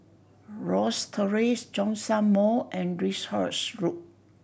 Rosyth Terrace Zhongshan Mall and Lyndhurst Road